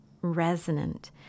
resonant